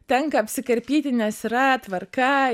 tenka apsikarpyti nes yra tvarka